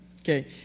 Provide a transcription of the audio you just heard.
Okay